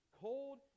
cold